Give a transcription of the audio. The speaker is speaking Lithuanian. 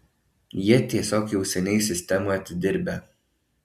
jie tiesiog jau seniai sistemą atidirbę